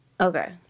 Okay